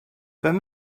then